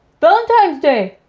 valentimes day.